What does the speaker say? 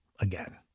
again